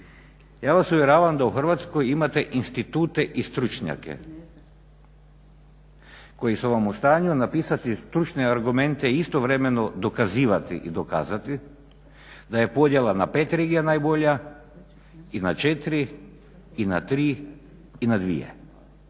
Ja vas uvjeravam da u Hrvatskoj imate institute i stručnjake koji su vam u stanju napisati stručne argumente i istovremeno dokazivati i dokazati da je podjela na pet regija najbolja i na četiri i na tri i na dvije.